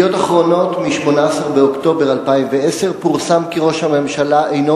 ב"ידיעות אחרונות" מ-18 באוקטובר 2010 פורסם כי ראש הממשלה אינו